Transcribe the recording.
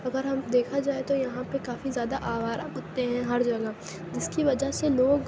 اگر ہم دیکھا جائے تو یہاں پہ کافی زیادہ آوارہ کتّے ہیں ہر جگہ جس کی وجہ سے لوگ